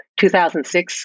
2006